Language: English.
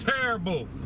terrible